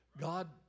God